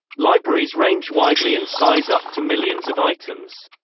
libraries range widely in size up to millions of items.